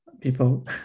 people